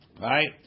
right